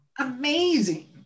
amazing